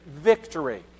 victory